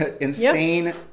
insane